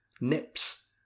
nips